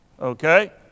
Okay